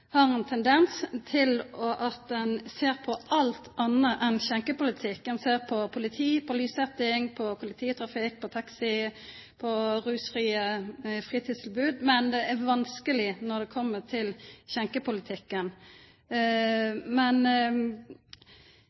fordi ein har ein tendens til å sjå på alt anna enn skjenkjepolitikk. Ein ser på politi, på lyssetjing, på kollektivtrafikk, på taxi og på rusfrie fritidstilbod. Men det er vanskeleg når det kjem til